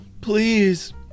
Please